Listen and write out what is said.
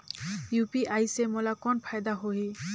UPI से मोला कौन फायदा होही?